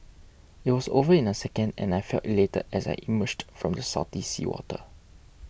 it was over in a second and I felt elated as I emerged from the salty seawater